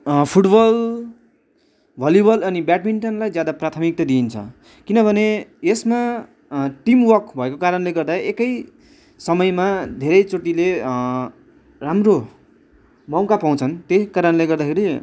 football volleyball अनि ब्याटमिन्टनलाई ज्यादा प्राथमिकता दिइन्छ किनभने यसमा टिम वर्क भएको कारणले गर्दा एकै समयमा धेरैचोटिले राम्रो मौका पाउँछन् त्यही कारणले गर्दाखेरि